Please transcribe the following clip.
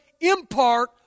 impart